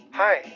hi